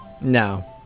No